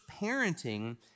parenting